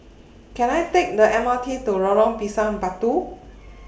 Can I Take The M R T to Lorong Pisang Batu